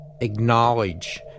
acknowledge